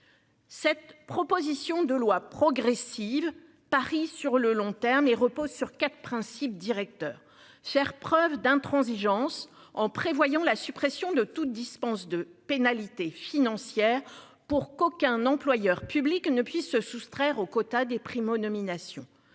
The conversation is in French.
Cette proposition de loi progressive parie sur le long terme et repose sur 4 principes directeurs cher preuve d'intransigeance, en prévoyant la suppression de toute dispense de pénalités financières pour qu'aucun employeur public ne puisse se soustraire aux quotas des primo-nominations,